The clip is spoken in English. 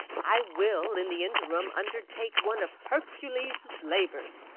i will in the interim undertake one of hercules' labours,